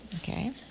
Okay